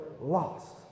lost